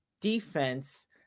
defense